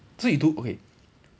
so you do okay